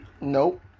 Nope